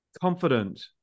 confident